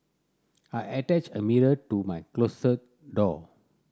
I attached a mirror to my closet door